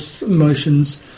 emotions